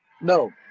no